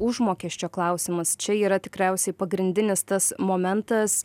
užmokesčio klausimas čia yra tikriausiai pagrindinis tas momentas